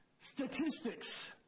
statistics